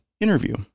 interview